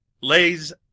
lays